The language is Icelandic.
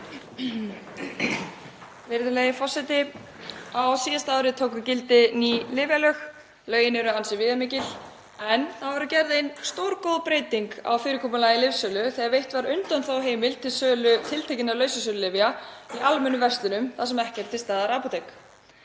Virðulegi forseti. Á síðasta ári tóku gildi ný lyfjalög. Lögin eru ansi viðamikil en gerð var ein stórgóð breyting á fyrirkomulagi lyfsölu þegar veitt var undanþáguheimild til sölu tiltekinna lausasölulyfja í almennum verslunum þar sem ekki er til staðar apótek.